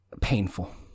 painful